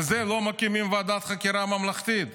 על זה לא מקימים ועדת חקירה ממלכתית.